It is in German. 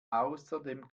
außerdem